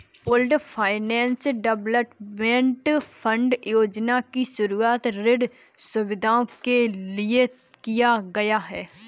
pooled finance development fund योजना की शुरूआत ऋण सुविधा के लिए किया गया है